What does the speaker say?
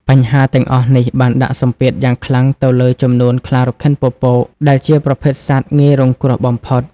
បញ្ហាទាំងអស់នេះបានដាក់សម្ពាធយ៉ាងខ្លាំងទៅលើចំនួនខ្លារខិនពពក ដែលជាប្រភេទសត្វងាយរងគ្រោះបំផុត។